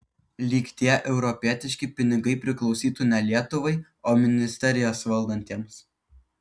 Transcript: lyg tie europietiški pinigai priklausytų ne lietuvai o ministerijas valdantiems